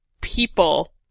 people